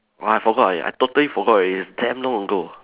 !wah! I forgot already I totally forgot already it's damn long ago